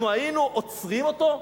אנחנו היינו עוצרים אותו?